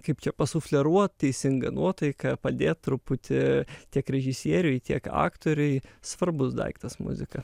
kaip čia pasufleruot teisingą nuotaiką padėt truputį tiek režisieriui tiek aktoriui svarbus daiktas muzika